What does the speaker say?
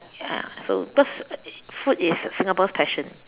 ya so because food is Singapore's passion